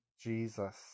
Jesus